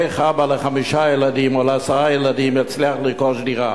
איך אבא לחמישה ילדים או לעשרה ילדים יצליח לרכוש דירה?